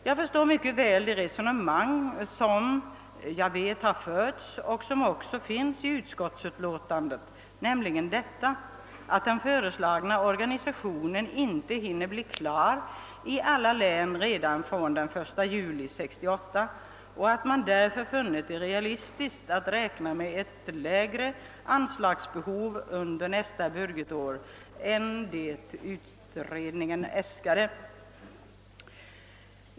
Jag förstår mycket väl de resonemang som jag vet har förts och som också finns redovisade i utskottsutlåtandet, nämligen att den föreslagna organisationen inte hinner bli klar i alla län redan från den 1 juli 1968 och att man därför funnit det realistiskt att räkna med ett lägre anslagsbehov under nästa budgetår än det av utredningen äskade.